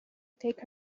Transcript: take